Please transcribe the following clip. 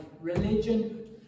Religion